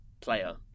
player